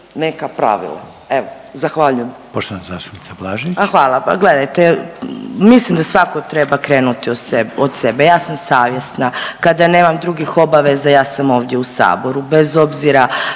Blažević. **Blažević, Anamarija (HDZ)** A hvala pa gledajte, mislim da svatko treba krenuti od sebe. Ja sam savjesna, kada nemam drugih obaveza, ja sam ovdje u Saboru, bez obzira